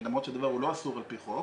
למרות שהדבר הוא לא אסור על פי חוק.